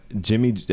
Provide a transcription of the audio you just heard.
Jimmy